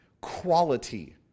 quality